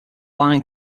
lyon